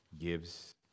gives